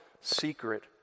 secret